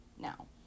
now